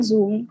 Zoom